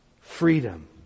Freedom